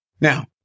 Now